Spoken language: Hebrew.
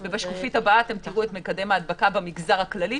ופה רואים את מקדם ההדבקה במגזר הכללי,